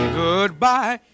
goodbye